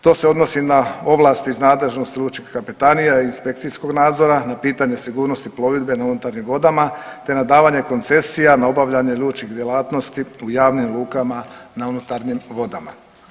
To se odnosi na ovlasti iz nadležnosti lučkih kapetanija, inspekcijskog nadzora na pitanje sigurnosti plovidbe na unutarnjim vodama, te na davanje koncesija na obavljanje lučkih djelatnosti u javnim lukama na unutarnjim vodama.